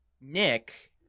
nick